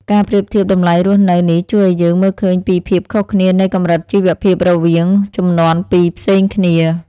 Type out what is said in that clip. ការប្រៀបធៀបតម្លៃរស់នៅនេះជួយឱ្យយើងមើលឃើញពីភាពខុសគ្នានៃកម្រិតជីវភាពរវាងជំនាន់ពីរផ្សេងគ្នា។